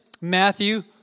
Matthew